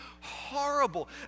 horrible